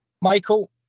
Michael